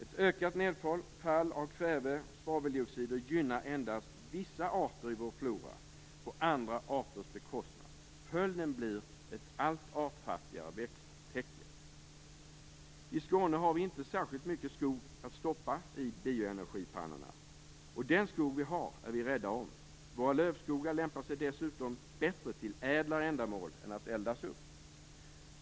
Ett ökat nedfall av kväve och svaveldioxider gynnar endast visas arter i vår flora på andra arters bekostnad. Följden blir ett allt artfattigare växttäcke. I Skåne har vi inte särskilt mycket skog att stoppa i bioenergipannorna. Den skog vi har är vi rädda om. Våra lövskogar lämpar sig dessutom bättre till ädlare ändamål än att eldas upp.